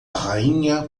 rainha